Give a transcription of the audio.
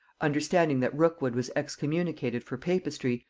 understanding that rookwood was excommunicated for papistry,